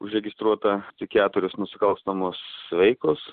užregistruota tik keturios nusikalstamos veikos